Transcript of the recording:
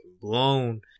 blown